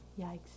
Yikes